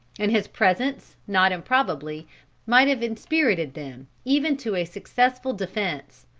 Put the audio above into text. and his presence not improbably might have inspirited them, even to a successful defence.